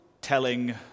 telling